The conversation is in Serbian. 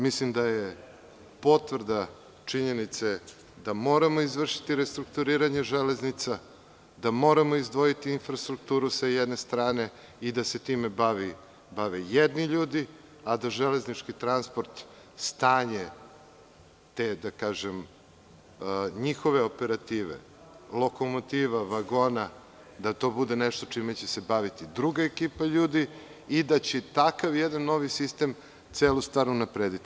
Mislim da je potvrda činjenice da moramo izvršiti restrukturiranje železnica i da moramo izdvojiti infrastrukturu sa jedne strane i da se time bave jedni ljudi a da železnički transport, stanje te njihove operative i lokomotiva, vagona, da to bude nešto čime će se baviti druga ekipa ljudi i da će takav jedan novi sistem celu stvar unaprediti.